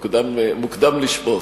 מוקדם לשפוט.